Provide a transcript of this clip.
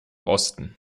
osten